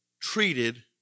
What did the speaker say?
treated